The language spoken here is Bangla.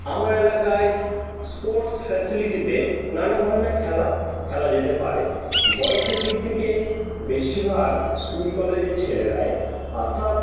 আমার এলাকায় স্পোর্টস ফ্যসিলিটিতে নানা ধরনের খেলা খেলা যেতে পারে বয়সের দিক থেকে বেশিরভাগ স্কুল কলেজের ছেলেরাই অর্থাৎ